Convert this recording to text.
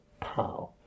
pow